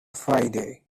friday